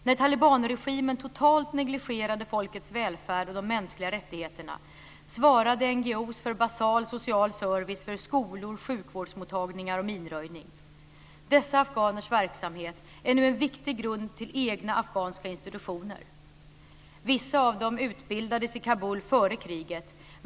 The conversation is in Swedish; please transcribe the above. När talibanregimen totalt negligerade folkets välfärd och de mänskliga rättigheterna svarade NGO:er för basal social service, för skolor, sjukvårdsmottagningar och minröjning. Dessa afghaners verksamhet är nu en viktig grund till egna afghanska institutioner. Vissa av dem utbildades i Kabul före kriget.